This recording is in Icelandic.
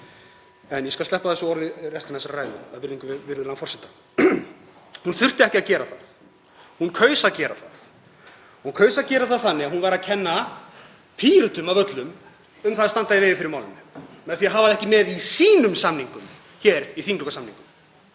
en ég skal sleppa þessu orði í restinni af þessari ræðu af virðingu við virðulegan forseta. Hún þurfti ekki að gera það, hún kaus að gera það. Hún kaus að gera það þannig að kenna Pírötum, af öllum, um að standa í vegi fyrir málinu með því að hafa það ekki með í sínum samningum, í þinglokasamningum,